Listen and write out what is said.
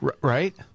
Right